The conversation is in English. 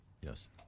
yes